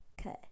okay